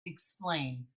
explain